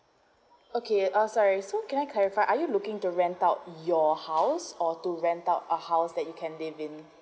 okay uh sorry so can I clarify are you looking to rent out your house or to rent out a house that you can live in